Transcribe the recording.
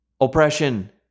oppression